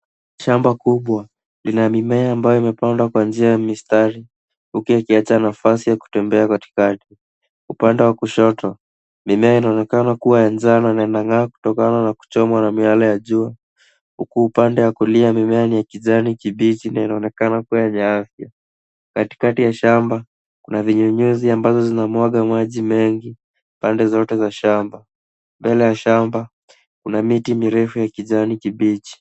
Shamba kubwa, lina mimea ambayo imepandwa kwa njia ya mistari huku ikiacha nafasi ya kutembea katikati. Upande wa kushoto, mimea inaoneka kuwa na njaa na inang'aa kutokana na miale ya jua huku upande wa kulia mimea ni ya kijani kibichi na inaonekana yenye afya. Katikati ya shamba, kuna vinyunyuzi vyenye vinamwaga maji mengi pande zote za shamba. Mbele ya shamba kuna miti mirefu ya kijani kibichi.